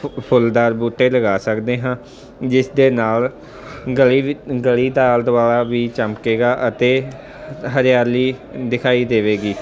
ਫੁੱਲਦਾਰ ਬੂਟੇ ਲਗਾ ਸਕਦੇ ਹਾਂ ਜਿਸ ਦੇ ਨਾਲ ਗਲੀ ਵੀ ਗਲੀ ਦਾ ਆਲਾ ਦੁਆਲਾ ਵੀ ਚਮਕੇਗਾ ਅਤੇ ਹਰਿਆਲੀ ਦਿਖਾਈ ਦੇਵੇਗੀ